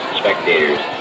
spectators